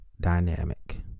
dynamic